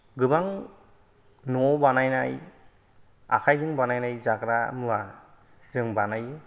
गोबां न'आव बानायनाय आखायजों बानायनाय जाग्रा मुवा जों बानायो